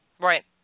Right